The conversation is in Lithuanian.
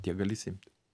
tiek gali išsiimti